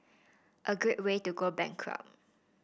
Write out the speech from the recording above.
a great way to go bankrupt